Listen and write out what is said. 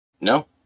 No